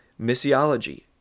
missiology